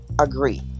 agree